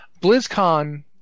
BlizzCon